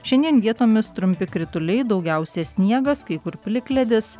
šiandien vietomis trumpi krituliai daugiausiai sniegas kai kur plikledis